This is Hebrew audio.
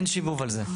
אין שיבוב על זה.